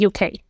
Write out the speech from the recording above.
UK